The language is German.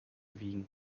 wiegen